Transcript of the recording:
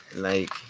like.